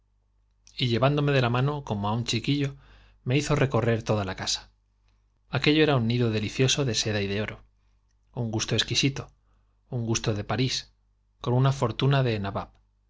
y llevándome de la mano como á un chiquillo me hizo recorrer toda la casa aquello era un nido deli cioso de seda y de oro un gusto exquisito un gusto de párís con una fortuna de nabab